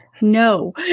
no